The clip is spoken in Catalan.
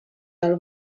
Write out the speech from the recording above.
del